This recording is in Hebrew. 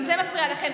גם זה מפריע לכם.